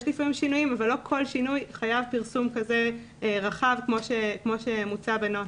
יש לפעמים שינויים אבל לא כל שינוי חייב פרסום כזה רחב כפי שמוצע בנוסח.